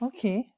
Okay